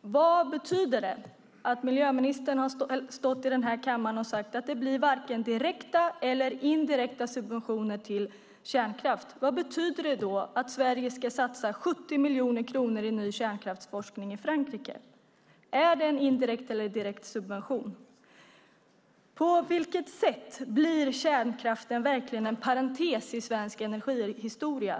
Vad betyder det, när miljöministern har stått i denna kammare och sagt att det inte blir vare sig direkta eller indirekta subventioner till kärnkraft, att Sverige ska satsa 70 miljoner kronor i ny kärnkraftsforskning i Frankrike? Är det en indirekt eller direkt subvention? Och på vilket sätt blir kärnkraften verkligen en parentes i svensk energihistoria?